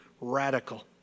radical